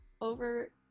over